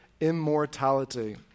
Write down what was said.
immortality